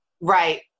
Right